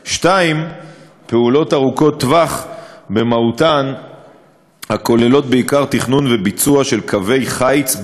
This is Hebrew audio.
2. פעולות ארוכות טווח במהותן הכוללת בעיקר תכנון וביצוע של קווי חיץ,